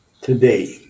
today